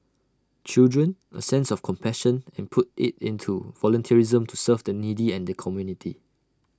children A sense of compassion and put IT into volunteerism to serve the needy and the community